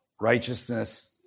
righteousness